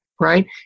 right